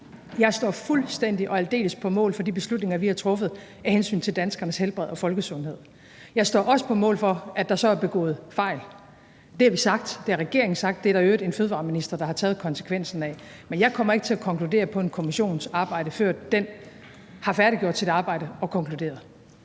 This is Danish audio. Jeg står fuldstændig og aldeles på mål for de beslutninger, vi har truffet af hensyn til danskernes helbred og folkesundheden. Jeg står også på mål for, at der så er begået fejl. Det har vi sagt. Det har regeringen sagt. Det er der i øvrigt en fødevareminister der har taget konsekvensen af. Men jeg kommer ikke til at konkludere på en kommissions arbejde, før den har færdiggjort sit arbejde og konkluderet.